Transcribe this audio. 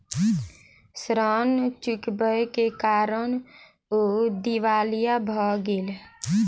ऋण चुकबै के कारण ओ दिवालिया भ गेला